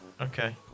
Okay